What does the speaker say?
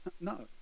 No